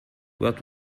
what